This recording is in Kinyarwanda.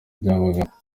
byabagamba